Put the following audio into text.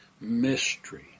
Mystery